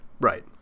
Right